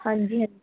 ਹਾਂਜੀ ਹਾ